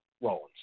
Rollins